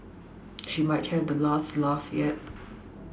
she might have the last laugh yet